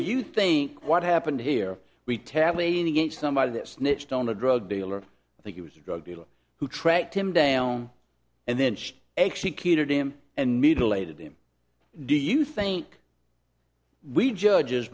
you think what happened here we tap leaned against somebody that snitched on a drug dealer i think it was a drug dealer who tracked him down and then executed him and mutilated him do you think we judges